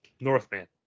Northman